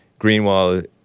Greenwald